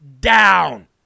down